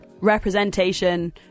representation